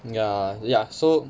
ya ya so